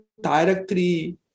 directly